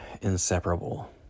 inseparable